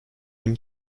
him